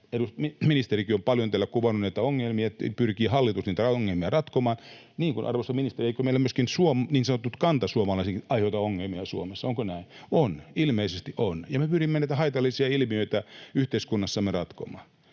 ministerikin on paljon täällä kuvannut näitä ongelmia ja pyrkii hallitusti niitä ongelmia ratkomaan. — Niin kuin, arvoisa ministeri, eivätkö meillä myöskin niin sanotut kantasuomalaisetkin aiheuta ongelmia Suomessa, onko näin? On, ilmeisesti on, ja me pyrimme näitä haitallisia ilmiöitä yhteiskunnassamme ratkomaan.